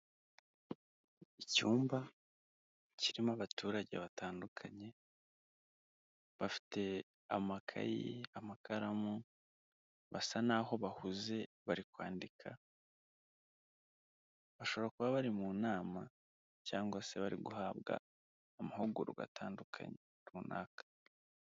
Icyumba kirimo abaturage batandukanye, bafite amakayi, amakaramu, basa naho bahuze bari kwandika, bashobora kuba bari mu nama cyangwa se bari guhabwa amahugurwa atandukanye runaka.